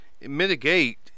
mitigate